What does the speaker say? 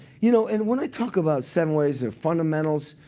you know and when i talk about seven ways or fundamentals,